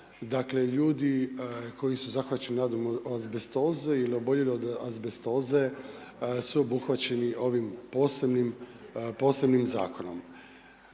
ljudi koji su zahvaćeni od azbestoze ili oboljeli od azbestoze su obuhvaćeni ovim posebnim zakonom.